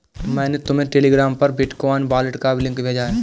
मैंने तुम्हें टेलीग्राम पर बिटकॉइन वॉलेट का लिंक भेजा है